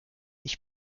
ich